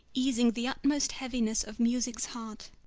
easing the utmost heaviness of music's heart.